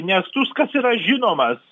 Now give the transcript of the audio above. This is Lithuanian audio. nes tuskas yra žinomas